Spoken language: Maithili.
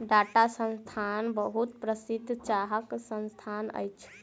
टाटा संस्थान बहुत प्रसिद्ध चाहक संस्थान अछि